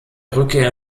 rückkehr